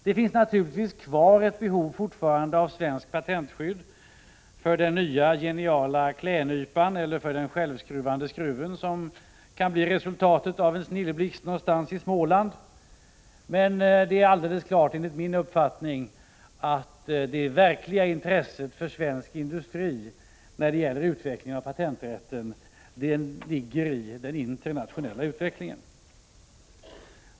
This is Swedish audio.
Det finns naturligtvis fortfarande kvar ett behov av svenskt patentskydd för den nya geniala klädnypan eller för den självskruvande skruven som kan bli resultatet av en snilleblixt någonstans i Småland. Men enligt min uppfattning är det alldeles klart att det verkliga intresset för svensk industri när det gäller utveckling av patenträtten ligger i den internationella utvecklingen.